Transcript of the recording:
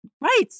right